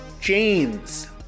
James